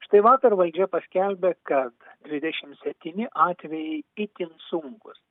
štai vakar valdžia paskelbė kad dvydešimt septyni atvejai itin sunkūs